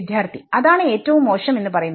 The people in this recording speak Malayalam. വിദ്യാർത്ഥി അതാണ് ഏറ്റവും മോശം എന്ന് പറയുന്നത്